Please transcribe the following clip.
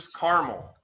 caramel